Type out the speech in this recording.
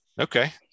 Okay